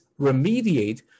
remediate